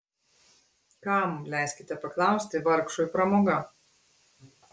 kam leiskite paklausti vargšui pramoga